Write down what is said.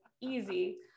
easy